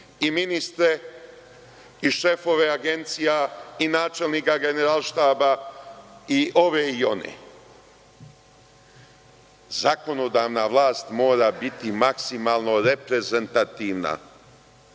i ministre i šefove agencija i načelnika generalštaba i ove i one. Zakonodavna vlast mora biti maksimalno reprezentativna.U